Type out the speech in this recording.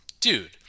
Dude